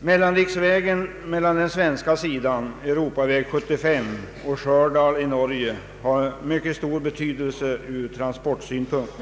Mellanriksvägen mellan den svenska sidan, Europaväg 75, och Stjördal i Norge har mycket stor betydelse ur transportsynpunkt.